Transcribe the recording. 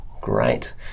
Great